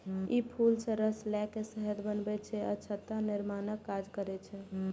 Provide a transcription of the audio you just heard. ई फूल सं रस लए के शहद बनबै छै आ छत्ता निर्माणक काज करै छै